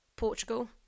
Portugal